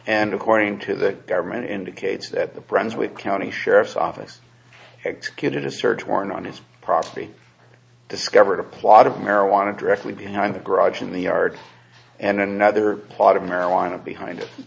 and according to the government indicates that the brands we county sheriff's office executed a search warrant on his property discovered a plot of marijuana directly behind the garage in the yard and another part of marijuana behind